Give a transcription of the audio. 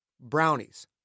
Brownies